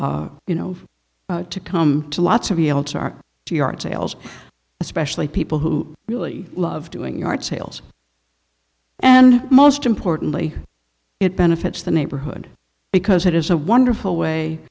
you know to come to lots of ielts are to yard sales especially people who really love doing yard sales and most importantly it benefits the neighborhood because it is a wonderful way